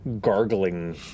gargling